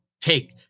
take